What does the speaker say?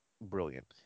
brilliant